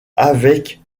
avec